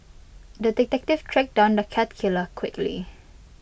the detective tracked down the cat killer quickly